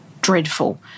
dreadful